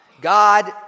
God